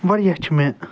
واریاہ چھُ مےٚ